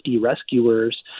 rescuers